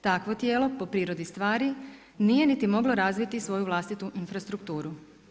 Takvo tijelo po prirodi stvari nije niti moglo razviti svoju vlastitu infrastrukturu.